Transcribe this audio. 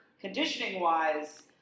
conditioning-wise –